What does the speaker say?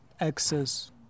access